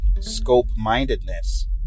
scope-mindedness